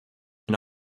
and